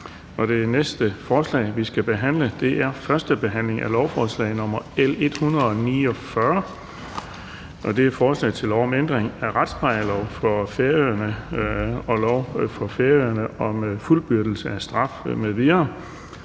Det næste punkt på dagsordenen er: 8) 1. behandling af lovforslag nr. L 149: Forslag til lov om ændring af retsplejelov for Færøerne og lov for Færøerne om fuldbyrdelse af straf m.v.